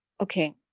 okay